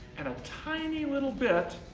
and a tiny little bit,